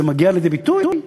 זה מגיע לידי ביטוי?